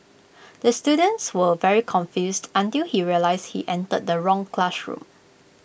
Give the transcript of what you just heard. the students were very confused until he realised he entered the wrong classroom